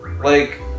Like-